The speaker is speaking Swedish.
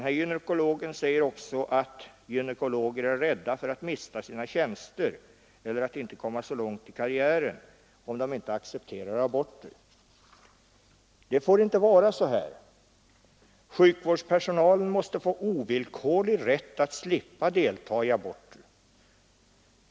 Hon säger också att gynekologer är rädda för att mista sina tjänster eller att inte komma så långt i karriären om de inte accepterar aborter. Det får inte vara så. Sjukvårdspersonalen måste få ovillkorlig rätt att slippa delta i aborter.